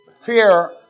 Fear